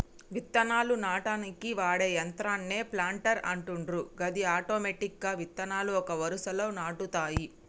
విత్తనాలు నాటనీకి వాడే యంత్రాన్నే ప్లాంటర్ అంటుండ్రు గది ఆటోమెటిక్గా విత్తనాలు ఒక వరుసలో నాటుతాయి